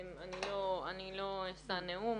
אני לא אשא נאום.